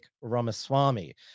Ramaswamy